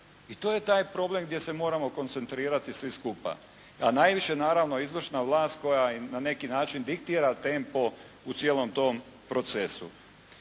I to je taj problem gdje se moramo koncentrirati svi skupa a najviše naravno izvršna vlast koja na neki način diktira tempo u cijelom tom procesu.